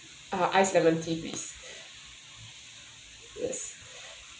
uh ice lemon tea please yes